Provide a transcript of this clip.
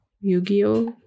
yu-gi-oh